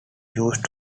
used